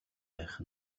байх